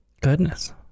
Goodness